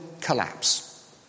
collapse